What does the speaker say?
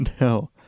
No